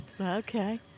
Okay